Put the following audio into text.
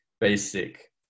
basic